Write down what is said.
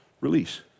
release